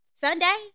Sunday